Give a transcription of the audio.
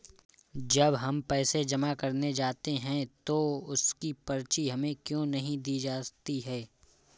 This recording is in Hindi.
जब हम पैसे जमा करने जाते हैं तो उसकी पर्ची हमें क्यो नहीं दी जाती है?